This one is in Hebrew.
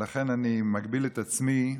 לכן אני מגביל את עצמי,